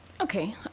Okay